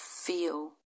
feel